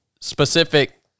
specific